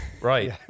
right